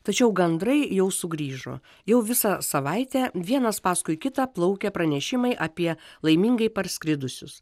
tačiau gandrai jau sugrįžo jau visą savaitę vienas paskui kitą plaukia pranešimai apie laimingai parskridusius